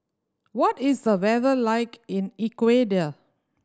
what is the weather like in Ecuador